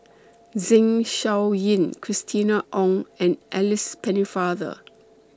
Zeng Shouyin Christina Ong and Alice Pennefather